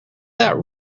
that